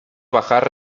bajar